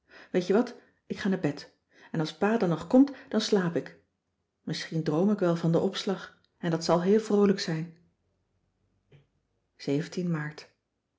weet je wat ik ga naar bed en als pa dan nog komt dan slaap ik misschien droom ik wel van den opslag en dat zal heel vroolijk zijn aart